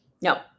No